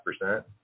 percent